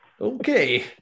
Okay